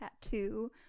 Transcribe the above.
tattoo